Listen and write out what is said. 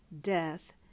Death